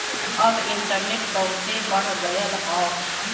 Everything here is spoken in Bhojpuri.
अब इन्टरनेट बहुते बढ़ गयल हौ